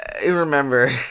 remember